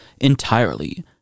entirely